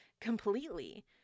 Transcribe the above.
completely